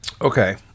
Okay